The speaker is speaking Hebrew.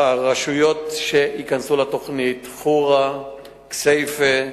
הרשויות שייכנסו לתוכנית: חורה, כסייפה,